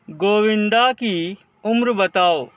گووِندا کی عمر بتاؤ